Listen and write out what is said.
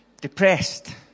depressed